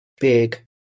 big